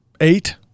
Eight